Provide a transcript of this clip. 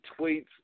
tweets